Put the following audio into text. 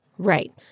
Right